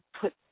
put